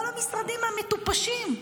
כל המשרדים המטופשים,